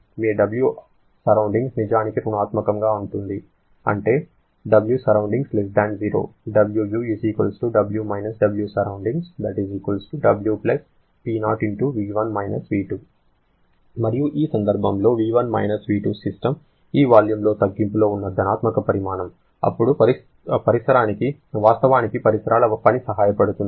మీ Wsurr నిజానికి ఋణాత్మకంగా ఉంది అంటే Wsurr 0 Wu W − Wsurr W Po V1 - V2 మరియు ఈ సందర్భంలో V1 - V2 సిస్టమ్ ఈ వాల్యూమ్లో తగ్గింపులో ఉన్న ధనాత్మక పరిమాణం అప్పుడు వాస్తవానికి పరిసరాల పని సహాయపడుతుంది